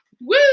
woo